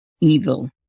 evil